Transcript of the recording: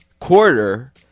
quarter